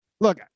look